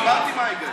הסברתי מה ההיגיון.